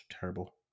terrible